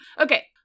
okay